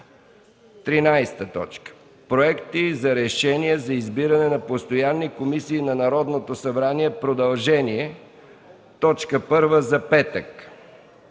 13. Проекти за решения за избиране на постоянни комисии на Народното събрание – продължение, точка първа